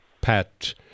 Pat